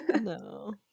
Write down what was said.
No